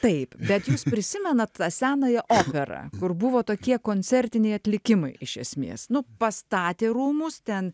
taip bet jūs prisimenat senąją operą kur buvo tokie koncertiniai atlikimai iš esmės nu pastatė rūmus ten